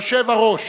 יושב-ראש